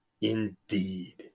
Indeed